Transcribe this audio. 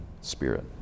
spirit